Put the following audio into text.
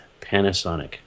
Panasonic